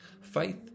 Faith